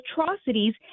atrocities